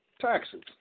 taxes